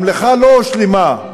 המלאכה לא הושלמה.